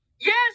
yes